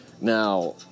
Now